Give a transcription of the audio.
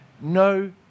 no